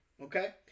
Okay